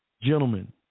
gentlemen